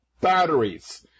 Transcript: batteries